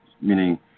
meaning